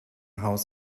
haus